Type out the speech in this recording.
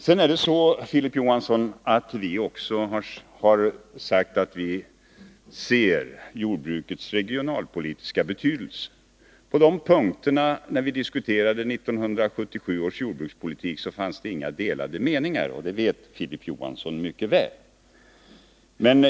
Vidare har vi sagt att vi också ser till jordbrukets regionalpolitiska betydelse. När vi diskuterade 1977 års jordbrukspolitik fanns det inga delade meningar på den punkten — det vet Filip Johansson mycket väl.